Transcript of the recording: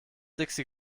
dixi